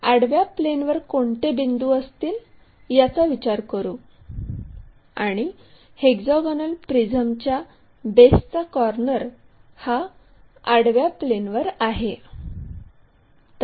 आडव्या प्लेनवर कोणते बिंदू असतील याचा विचार करू आणि हेक्सागोनल प्रिझमच्या बेसचा कॉर्नर हा आडव्या प्लेनवर आहे